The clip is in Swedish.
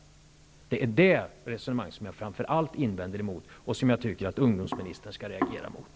Det är det som jag framför allt invänder emot och som jag tycker ungdomsministern skall reagera mot.